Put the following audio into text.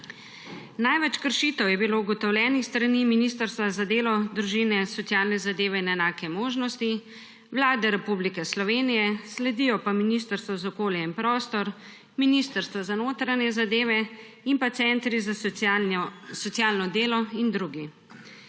Največ kršitev je bilo ugotovljenih s strani Ministrstva za delo, družino, socialne zadeve in enake možnosti, Vlade Republike Slovenije, sledijo pa Ministrstvo za okolje in prostor, Ministrstvo za notranje zadeve ter centri za socialno delo in drugi.